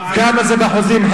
כמה זה באחוזים?